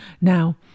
Now